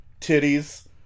titties